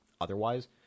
otherwise